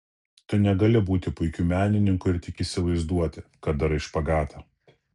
tu negali būti puikiu menininku ir tik įsivaizduoti kad darai špagatą